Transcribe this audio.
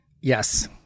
yes